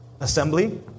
assembly